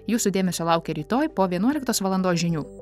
jūsų dėmesio laukia rytoj po vienuoliktos valandos žinių